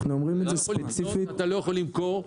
אתה לא יכול לקנות ואתה לא יכול למכור.